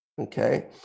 Okay